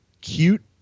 cute